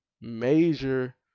major